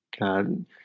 God